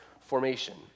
formation